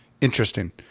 Interesting